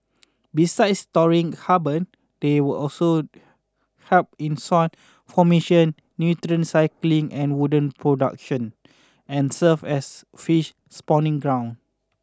besides storing carbon they were also help in soil formation nutrient cycling and wood production and serve as fish spawning grounds